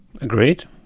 Agreed